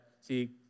see